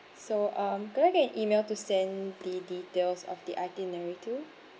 so um could I get an E-mail to send the details of the itinerary to